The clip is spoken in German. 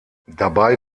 dabei